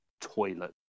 Toilet